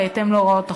בהתאם להוראות החוק,